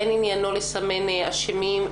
אין עניינו לסמן אשמים,